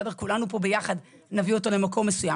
כולנו פה ביחד נביא אותו למקום מסוים,